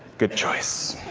good choice.